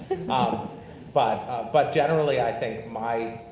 um but but generally, i think my,